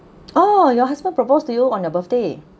!ow! your husband proposed to you on your birthday